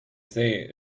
say